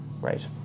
Right